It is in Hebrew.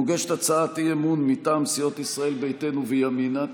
מוגשת הצעת אי-אמון מטעם סיעות ישראל ביתנו וימינה,